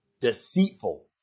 deceitful